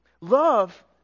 Love